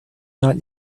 not